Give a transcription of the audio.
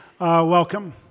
welcome